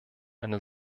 eine